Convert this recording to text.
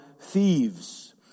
thieves